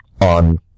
on